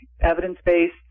evidence-based